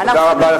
תודה רבה.